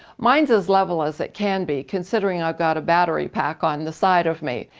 mine's as level as it can be considering i've got a battery pack on the side of me.